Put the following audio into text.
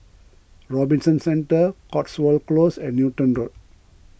Robinson Centre Cotswold Close and Newton Road